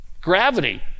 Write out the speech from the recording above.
Gravity